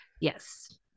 Yes